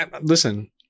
Listen